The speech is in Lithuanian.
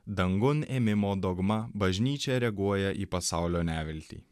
dangun ėmimo dogma bažnyčia reaguoja į pasaulio neviltį